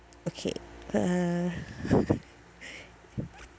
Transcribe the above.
okay uh